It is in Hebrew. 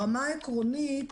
ברמה העקרונית,